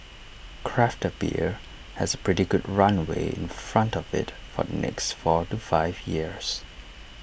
craft beer has pretty good runway in front of IT for the next four to five years